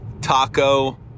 Taco